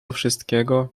wszystkiego